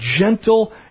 gentle